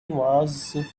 was